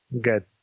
Good